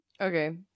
Okay